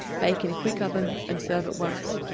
bake in a quick oven and serve at once.